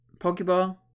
Pokeball